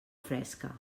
fresca